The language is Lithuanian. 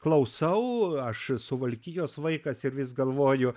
klausau aš suvalkijos vaikas ir vis galvoju